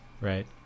right